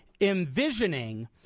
envisioning